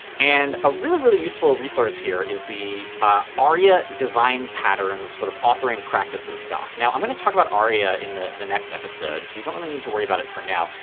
and a really, really useful resource here is the ah aria design patterns sort of authoring practices doc. now, i'm going to talk about aria in the the next episode, so you don't really need to worry about it for now.